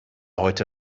heute